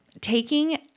Taking